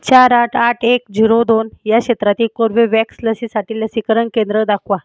चार आठ आठ एक झिरो दोन या क्षेत्रातील कोर्वेवॅक्स लसीसाठी लसीकरण केंद्र दाखवा